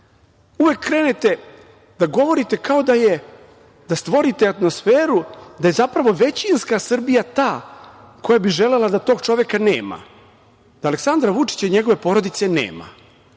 Uvek krenete da govorite da stvorite atmosferu da zapravo većinska Srbija je ta koja bi želela da tog čoveka nema, da Aleksandra Vučića i njegove porodice nema.